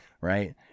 right